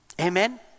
Amen